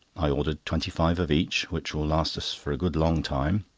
i ordered twenty-five of each, which will last us for a good long time.